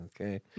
Okay